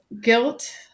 guilt